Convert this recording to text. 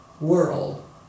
world